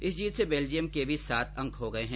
इस जीत से बेल्जियम के भी सात अंक हो गए हैं